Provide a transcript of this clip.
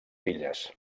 filles